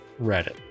Reddit